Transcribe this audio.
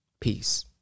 peace